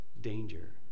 danger